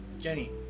Jenny